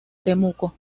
temuco